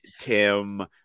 tim